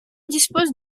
dispose